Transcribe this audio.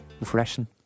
refreshing